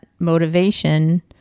motivation